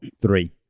Three